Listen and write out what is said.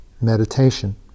Meditation